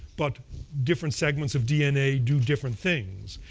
but different segments of dna do different things.